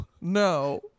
No